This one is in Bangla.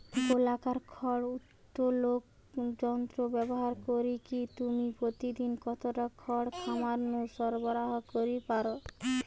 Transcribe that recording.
গোলাকার খড় উত্তোলক যন্ত্র ব্যবহার করিকি তুমি প্রতিদিন কতটা খড় খামার নু সরবরাহ করি পার?